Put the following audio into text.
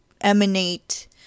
emanate